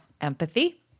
Empathy